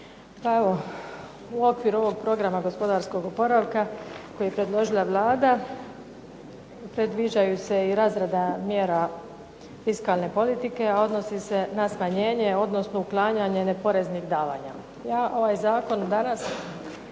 u okviru ovog programa gospodarskog oporavka, koji je predložila Vlada, predviđaju se i razrada mjera fiskalne politike, a odnosi se na smanjenje, odnosno uklanjanje neporeznih davanja. Ja ovaj zakon danas